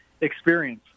experience